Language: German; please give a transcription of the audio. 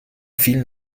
vielen